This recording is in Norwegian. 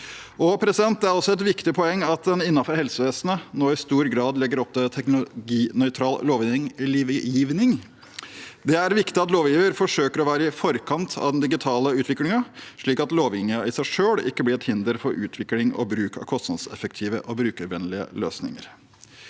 Det er også et viktig poeng at en innenfor helsevesenet nå i stor grad legger opp til en teknologinøytral lovgivning. Det er viktig at lovgiver forsøker å være i forkant av den digitale utviklingen, slik at lovgivningen i seg selv ikke blir et hinder for utvikling og bruk av kostnadseffektive og brukervennlige løsninger.